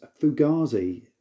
Fugazi